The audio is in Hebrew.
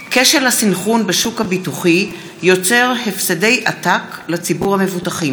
כשל הסנכרון בשוק הביטוחי יוצר הפסדי עתק לציבור המבוטחים.